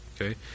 Okay